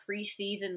preseason